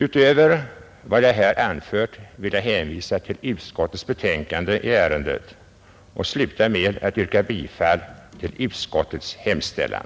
Utöver vad jag här anfört vill jag hänvisa till utskottets betänkande i ärendet och avsluta med att yrka bifall till utskottets hemställan.